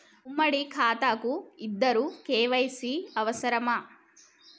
ఉమ్మడి ఖాతా కు ఇద్దరు కే.వై.సీ అవసరమా?